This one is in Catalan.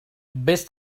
vés